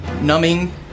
numbing